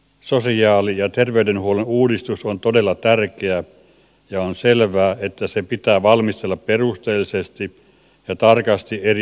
sosiaali ja terveydenhuollon uudistus on todella tärkeä asia ja on selvää että se pitää valmistella perusteellisesti ja tarkasti eri osapuolia kuullen